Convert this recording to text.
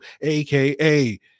aka